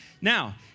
Now